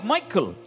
Michael